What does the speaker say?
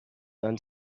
aunt